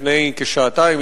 לפני כשעתיים,